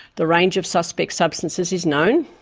the range of suspect substances is known.